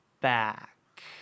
back